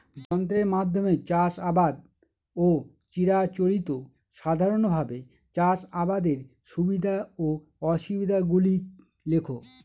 যন্ত্রের মাধ্যমে চাষাবাদ ও চিরাচরিত সাধারণভাবে চাষাবাদের সুবিধা ও অসুবিধা গুলি লেখ?